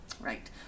Right